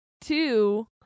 two